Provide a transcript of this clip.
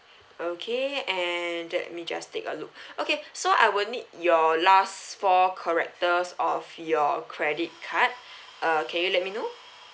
okay and let me just take a look okay so I will need your last four characters of your credit card uh can you let me know